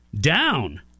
down